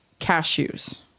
cashews